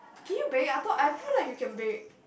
can you bake I thought I feel like you can bake